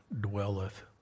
dwelleth